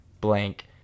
blank